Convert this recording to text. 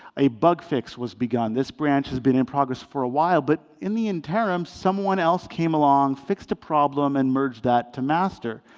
a bug fix was begun. this branch has been in progress for a while, but in the interim, someone else came along, fixed a problem, and merged that to master.